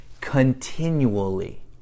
continually